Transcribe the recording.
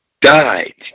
died